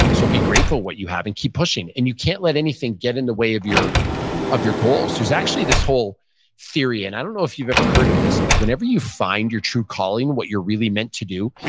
so be grateful what you have and keep pushing. and you can't let anything get in the way of your of your goals there's actually this whole theory, and i don't know if you've ever heard of this, but whenever you find your true calling, what you're really meant to do,